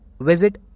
Visit